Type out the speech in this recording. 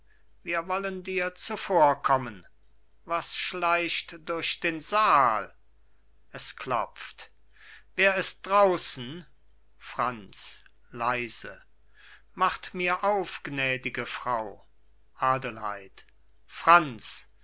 wir wollen dir zuvorkommen was schleicht durch den saal es klopft wer ist draußen franz leise franz macht mir auf gnädige frau adelheid franz